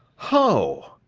ho!